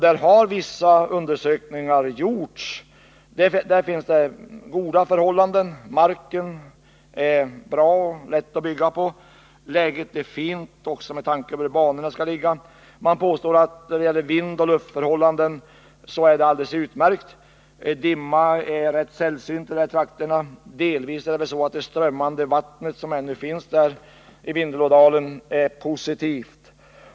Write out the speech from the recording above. Där har vissa undersökningar gjorts som visat att det där finns goda förhållanden, såsom mark som det är lätt att bygga på, att läget är fint, också med tanke på hur banorna skall ligga. Man påstår vidare att vindoch luftförhållandena är alldeles utmärkta och att dimma är rätt sällsynt där. Delvis är det väl det strömmande vattnet i Vindelådalen som inverkar positivt.